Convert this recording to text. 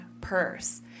purse